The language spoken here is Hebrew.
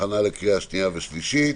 הכנה לקריאה שנייה ושלישית.